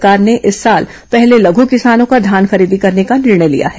राज्य सरकार ने इस साल पहले लघू किसानों का धान खरीदी करने का निर्णय लिया है